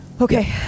Okay